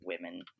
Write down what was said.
women